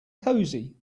cosy